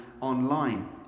online